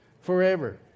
Forever